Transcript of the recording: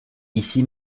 ici